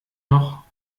noch